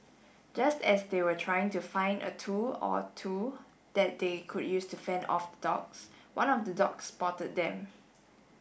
just as they were trying to find a tool or two that they could use to fend off the dogs one of the dogs spotted them